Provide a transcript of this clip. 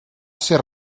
ser